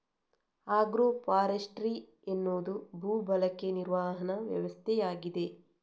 agro forestry ಎನ್ನುವುದು ಭೂ ಬಳಕೆ ನಿರ್ವಹಣಾ ವ್ಯವಸ್ಥೆಯಾಗಿದೆ